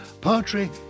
poetry